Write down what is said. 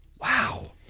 Wow